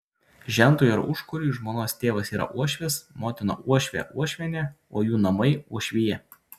žentui ar užkuriui žmonos tėvas yra uošvis motina uošvė uošvienė o jų namai uošvija